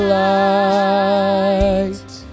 light